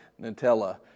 Nutella